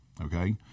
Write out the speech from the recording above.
okay